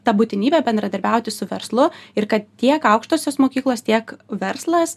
ta būtinybė bendradarbiauti su verslu ir kad tiek aukštosios mokyklos tiek verslas